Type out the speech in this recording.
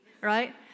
right